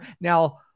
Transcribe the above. Now